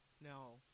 no